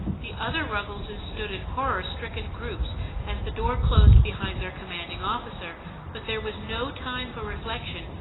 the other ruggleses stood in horror-stricken groups as the door closed behind their commanding officer but there was no time for reflection,